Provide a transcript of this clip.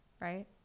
right